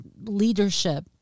leadership